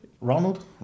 ronald